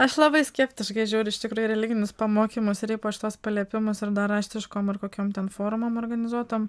aš labai skeptiškai žiūriu iš tikrųjų į religinius pamokymus ir ypač tuos paliepimus ir dar raštiškom ir kokiom ten formom organizuotom